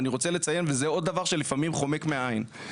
אני רוצה לציין וזה עוד דבר שלפעמים חומק מהעין.